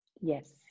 yes